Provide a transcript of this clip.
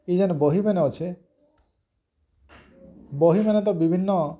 ଇଯେନ୍ ବହି ମାନେ ଅଛେ ବହି ମାନେ ତ ବିଭିନ୍ନ